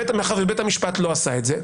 מאחר ובית המשפט לא עשה את זה,